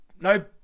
No